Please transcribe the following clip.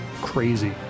crazy